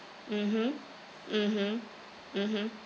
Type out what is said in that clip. mmhmm mmhmm mmhmm